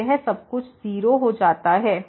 तो यह सब कुछ 0 हो जाता है